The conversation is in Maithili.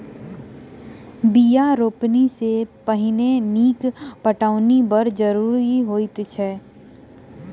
बीया रोपनी सॅ पहिने नीक पटौनी बड़ जरूरी होइत अछि